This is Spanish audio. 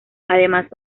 además